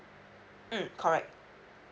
mm correct